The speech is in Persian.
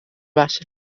بخش